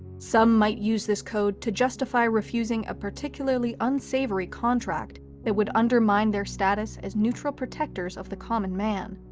some might use this code to justify refusing a particularly unsavory contract that would undermine their status as neutral protectors of the common man.